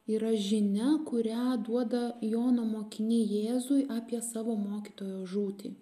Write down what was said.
yra žinia kurią duoda jono mokiniai jėzui apie savo mokytojo žūtį